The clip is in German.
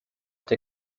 der